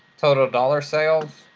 total dollar sales.